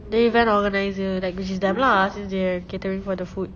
the event organiser like which is them lah since they're catering for the food